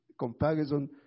Comparison